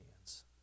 hands